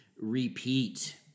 repeat